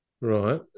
Right